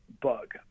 bug